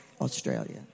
Australia